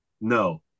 No